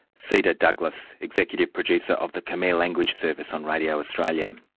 seda douglas, executive producer of the khmer language service on radio australia.